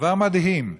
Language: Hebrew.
דבר מדהים: